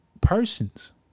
persons